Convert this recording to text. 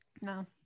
no